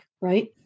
right